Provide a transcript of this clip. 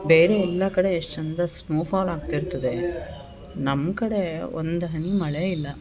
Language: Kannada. ಬೇರೆ ಎಲ್ಲ ಕಡೆ ಎಷ್ಟು ಚಂದ ಸ್ನೋಫಾಲ್ ಆಗ್ತಿರ್ತದೆ ನಮ್ಮ ಕಡೆ ಒಂದು ಹನಿ ಮಳೆ ಇಲ್ಲ